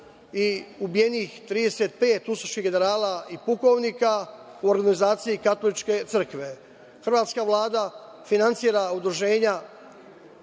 i ubijenih 35 ustaških generala i pukovnika u organizaciji katoličke crkve. Hrvatska Vlada finansira udruženja,